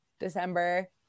December